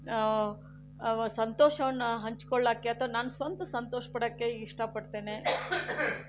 ಸಂತೋಷವನ್ನು ಹಂಚಿಕೊಳ್ಳೋಕ್ಕೆ ಅಥವಾ ನನ್ನ ಸ್ವಂತ ಸಂತೋಷಪಡಕ್ಕೆ ಇಷ್ಟಪಡ್ತೇನೆ